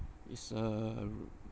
is a